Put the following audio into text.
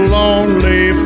lonely